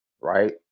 right